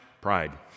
pride